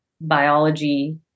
biology